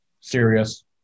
serious